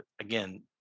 again